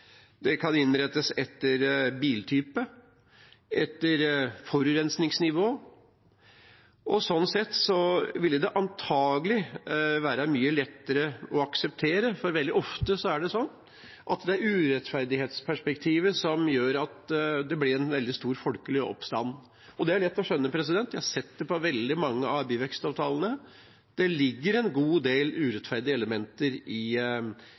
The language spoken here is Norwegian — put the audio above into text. det kan innrettes etter biltype og etter forurensningsnivå. Sånn sett ville det antakelig være mye lettere å akseptere, for veldig ofte er det sånn at det er urettferdighetsperspektivet som gjør at det blir en veldig stor folkelig oppstand. Det er lett å skjønne – jeg har sett det på veldig mange av byvekstavtalene. Det ligger en god del urettferdige elementer i